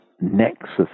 nexus